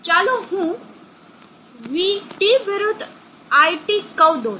ચાલો હું vT વિરુદ્ધ iT કર્વ દોરીશ